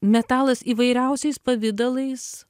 metalas įvairiausiais pavidalais